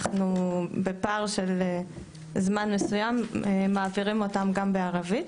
בפער של זמן מסוים אנחנו מעבירים אותם גם בערבית.